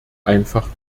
einfach